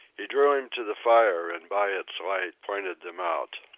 he drew him to the fire and by its light pointed them out.